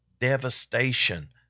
devastation